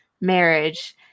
marriage